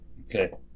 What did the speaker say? Okay